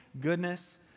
goodness